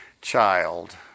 child